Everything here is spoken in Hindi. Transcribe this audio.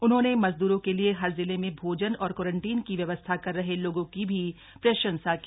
उन्होंने मजदूरों के लिए हर जिले में भोजन और क्वारंटीन की व्यवस्था कर रहे लोगों की भी प्रशंसा की